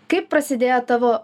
kaip prasidėjo tavo